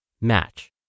match